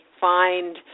find